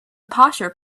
posher